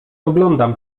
oglądam